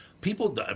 People